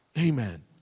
Amen